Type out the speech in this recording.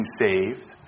saved